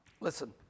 Listen